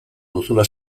duzula